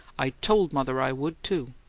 i told mother i would, too!